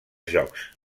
jocs